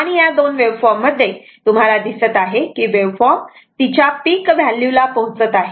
आणि या दोन वेव्हफॉर्म मध्ये तुम्हाला दिसत आहे की एक वेव्हफॉर्म तिच्या पिक व्हॅल्यू ला पोहोचत आहे